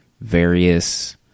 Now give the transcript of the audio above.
various